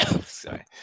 Sorry